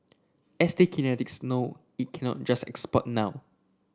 S T Kinetics know it cannot just export now